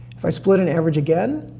if i split and average again,